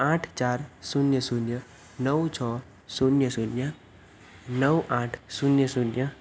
આઠ ચાર શૂન્ય શૂન્ય નવ છ શૂન્ય શૂન્ય નવ આઠ શૂન્ય શૂન્ય